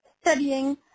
studying